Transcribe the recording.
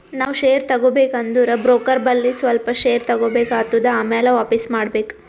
ನಾವ್ ಶೇರ್ ತಗೋಬೇಕ ಅಂದುರ್ ಬ್ರೋಕರ್ ಬಲ್ಲಿ ಸ್ವಲ್ಪ ಶೇರ್ ತಗೋಬೇಕ್ ಆತ್ತುದ್ ಆಮ್ಯಾಲ ವಾಪಿಸ್ ಮಾಡ್ಬೇಕ್